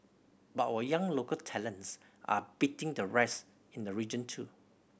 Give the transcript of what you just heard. but our young local talents are beating the rest in the region too